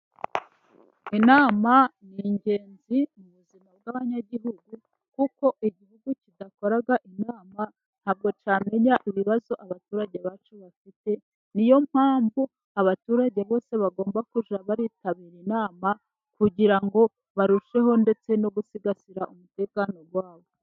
Inama ni ingenzi mu buzima bw'abanyagihugu, kuko igihugu kidakoraga inama nta bwo cyamenya ibibazo abaturage bacyo bafite. Niyo mpamvu abaturage bose bagomba kujya baritabira inama, kugira ngo barusheho ndetse no gusigasira umutekano wabo.